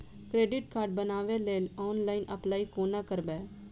Credit card बनाबै लेल online apply कोना करबै?